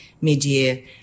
mid-year